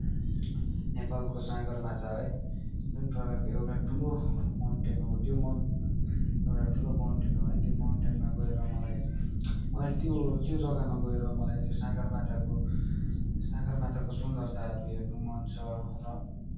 नेपालको सगरमाथा है जुन प्रकारको एउटा ठुलो माउन्टेन हो त्यो माउन्ट एउटा ठुलो माउन्टेन हो त्यो माउन्टेनमा गएर मलाई मलाई त्यो त्यो जग्गामा गएर मलाई त्यो सगरमाथाको सगरमाथाको सुन्दरताहरू हेर्नु मन छ र